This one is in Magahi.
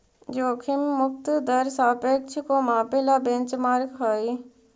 जोखिम मुक्त दर सापेक्ष को मापे ला बेंचमार्क हई